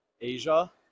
Asia